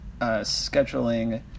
scheduling